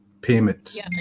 payments